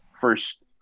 first